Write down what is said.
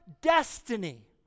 destiny